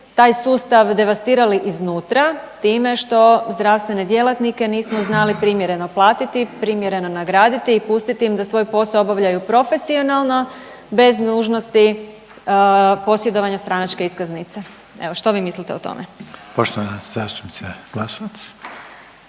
taj sustav devastirali iznutra time što zdravstvene djelatnike nismo znali primjereno platiti, primjereno nagraditi i pustiti im da svoj posao obavljaju profesionalno bez nužnosti posjedovanja stranačke iskaznice. Evo, što vi mislite o tome? **Reiner, Željko